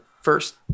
first